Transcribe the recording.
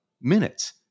minutes